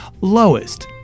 Lowest